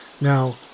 Now